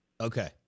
Okay